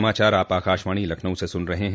यह समाचार आप आकाशवाणी लखनऊ से सुन रहे हैं